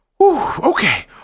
okay